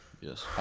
yes